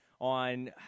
on